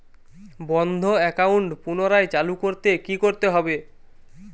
বন্ধ একাউন্ট পুনরায় চালু করতে কি করতে হবে?